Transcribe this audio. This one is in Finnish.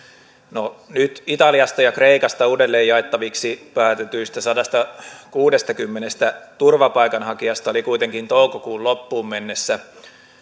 no nyt italiasta ja kreikasta uudelleenjaettaviksi päätetyistä sadastakuudestakymmenestätuhannesta turvapaikanhakijasta oli kuitenkin toukokuun loppuun mennessä